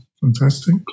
Fantastic